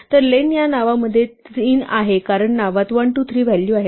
तर लेन या नावात 3 आहे कारण नावात 1 2 3 व्हॅल्यू आहेत